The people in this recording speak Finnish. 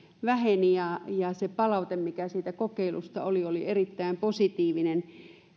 väheni ja ja se palaute mikä siitä kokeilusta tuli oli erittäin positiivista